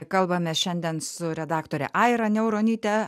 kalbamės šiandien su redaktorė aira niauronyte